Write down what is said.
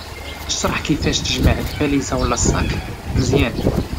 شرح كيفاش نجمع الباليزا ولا الصاك مزيان.